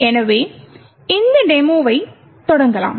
எனவே இந்த டெமோவை தொடங்கலாம்